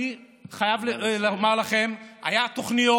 אני חייב לומר לכם, היו תוכניות.